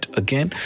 again